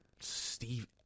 Steve